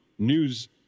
news